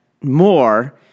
more